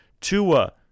Tua